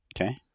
Okay